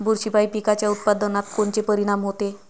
बुरशीपायी पिकाच्या उत्पादनात कोनचे परीनाम होते?